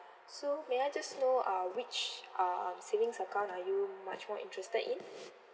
so may I just know uh which uh savings account are you much more interested in